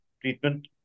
treatment